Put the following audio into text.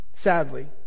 Sadly